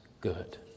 good